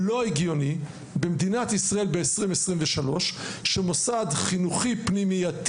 לא הגיוני במדינת ישראל 2023 שמוסד חינוכי פנימייתי